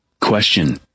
Question